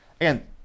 again